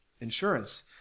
insurance